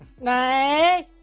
Nice